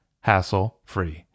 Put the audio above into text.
hassle-free